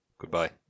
Goodbye